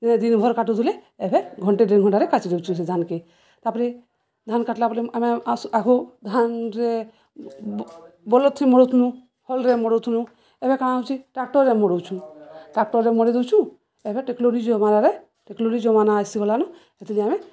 ଏ ଦିନ ଭର କାଟୁଥିଲେ ଏବେ ଘଣ୍ଟେ ଦେଢ଼ ଘଣ୍ଟାରେ କାଚି ଯଉଚୁ ସେ ଧାନକେ ତାପରେ ଧାନ କାଟିଲା ପରେ ଆମେ ଆସୁ ଆଗୁ ଧାନରେ ବଲଦ୍ ଥି ମଡ଼ୁଥୁନୁ ହଲରେ ମଡ଼ୁଥୁନୁ ଏବେ କାଣା ହଉଚି ଟ୍ରାକ୍ଟରରେ ମଡ଼ୁଛୁ ଟ୍ରାକ୍ଟରରେ ମଡ଼ି ଦଉଛୁ ଏବେ ଟେକ୍ନୋ ଯୋ ମାନାରେ ଟେକ୍ଲୋନୋଜି ଯମାନା ଆସିଗଲାନୁ ସେଥିଦି ଆମେ